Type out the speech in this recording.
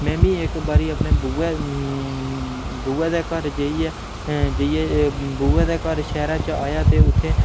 में मी इक बारी अपनी बूएं बूआ दे घर जाइयै जाइयै बूआ दे घर शैह्रे च आया ते उत्थै